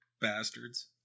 bastards